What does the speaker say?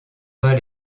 pas